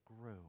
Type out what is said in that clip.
grew